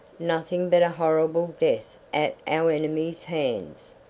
nothing but a horrible death at our enemies' hands.